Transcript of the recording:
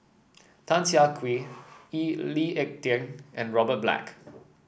Tan Siah Kwee E Lee Ek Tieng and Robert Black